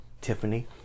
Tiffany